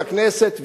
לכנסת,